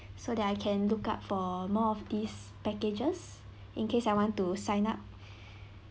so that I can look out for more of these packages in case I want to sign up